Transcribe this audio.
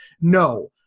no